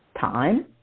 time